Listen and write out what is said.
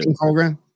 program